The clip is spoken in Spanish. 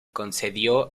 concedió